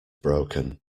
broken